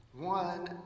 One